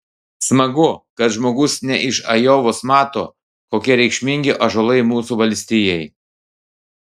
smagu kad žmogus ne iš ajovos mato kokie reikšmingi ąžuolai mūsų valstijai